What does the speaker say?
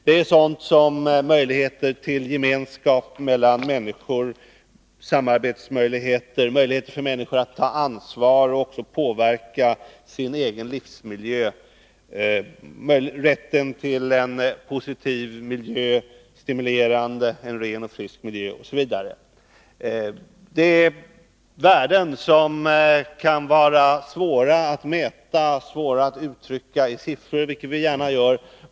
Det gäller sådant som möjligheter till gemenskap mellan människor, samarbetsmöjligheter, möjligheter för människor att ta ansvar för och också påverka sin egen livsmiljö, rätten till en positiv och stimulerande miljö, ren och frisk luft osv. Det är värden som kan vara svåra att mäta, svåra att uttrycka i siffror, vilket vi gärna gör.